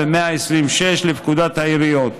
ו-120(6) לפקודת העיריות.